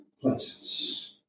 places